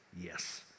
yes